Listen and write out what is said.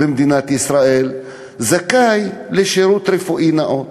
במדינת ישראל, זכאי לשירות רפואי נאות,